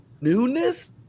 newness